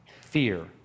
fear